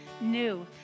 new